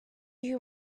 you